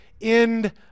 end